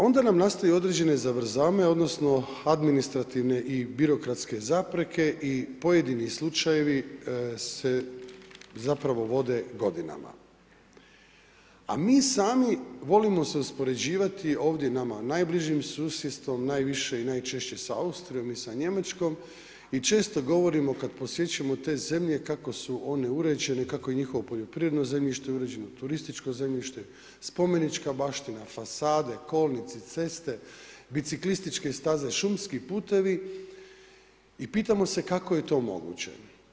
Onda nam nastaju određene zavrzlame, odnosno administrativne i birokratske zapreke i pojedini slučajevi se zapravo vode godinama, a mi sami volimo se uspoređivati ovdje nama najbližim susjedstvom, najviše i najčešće sa Austrijom i sa Njemačkom i često govorimo kad posjećujemo te zemlje kako su one uređene, kako je njihovo poljoprivredno zemljište uređeno, turističko zemljište, spomenička baština, fasade, kolnici, ceste, biciklističke staze, šumski putevi i pitamo se kako je to moguće?